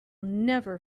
never